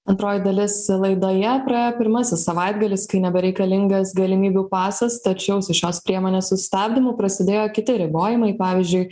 antroji dalis laidoje praėjo pirmasis savaitgalis kai nebereikalingas galimybių pasas tačiau su šios priemonės sustabdymu prasidėjo kiti ribojimai pavyzdžiui